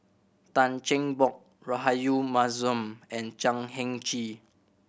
Tan Cheng Bock Rahayu Mahzam and Chan Heng Chee